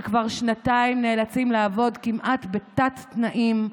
שכבר שנתיים נאלצים לעבוד כמעט בתת-תנאים.